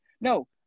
No